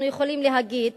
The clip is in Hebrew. אנחנו יכולים להגיד